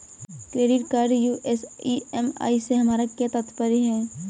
Credit card US EMI से हमारा क्या तात्पर्य है?